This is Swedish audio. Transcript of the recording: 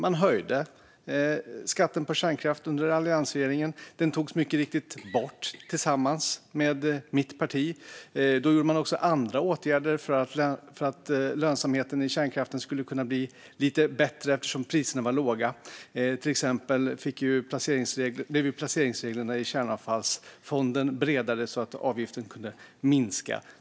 Man höjde skatten på kärnkraft under alliansregeringen. Den tog man mycket riktigt bort tillsammans med mitt parti. Man vidtog också andra åtgärder för att lönsamheten i kärnkraften skulle kunna bli lite bättre, eftersom priserna var låga. Till exempel blev placeringsreglerna i Kärnavfallsfonden bredare så att avgiften kunde minska.